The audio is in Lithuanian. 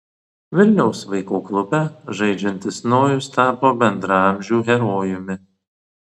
vilniaus vaikų klube žaidžiantis nojus tapo bendraamžių herojumi